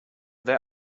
their